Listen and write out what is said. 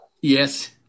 Yes